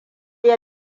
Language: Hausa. ya